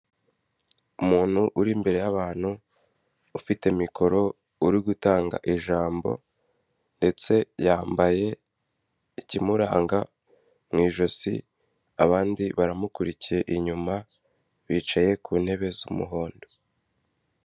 Umuntu uri imbere y'abantu ufite mikoro uri gutanga ijambo ndetse yambaye ikimuranga mu ijosi, abandi baramukurikiye inyuma bicaye ku ntebe z'umuhondo.